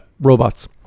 robots